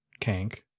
Kank